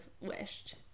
wished